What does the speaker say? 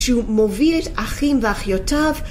שהוא מוביל את אחים ואחיותיו.